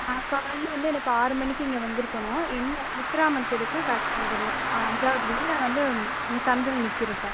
ஆ காலையில் வந்து எனக்கு ஆறு மணிக்கு இங்கே வந்துருக்கணும் என்ன முத்துராமன் தெருக்கு கரெக்டாக வந்துவிடணும் அஞ்சாவது வீடு நாங்கள் வந்து இங்கே சந்தில் நிற்கிறோம் சார்